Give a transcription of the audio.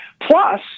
Plus